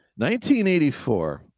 1984